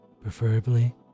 preferably